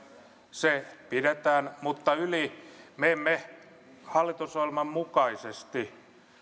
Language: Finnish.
se pidetään mutta me emme hallitusohjelman mukaisesti